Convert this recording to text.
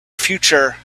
future